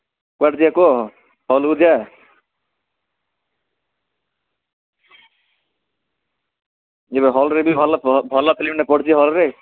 କୁଆଡ଼େ ଯିବା କୁହ ହଲ୍କୁ ଯିଆ ଯିବା ହଲ୍ରେ ବି ଭଲ ଭଲ ଫିଲ୍ମଟେ ପଡ଼ିଛି ହଲ୍ରେ